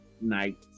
night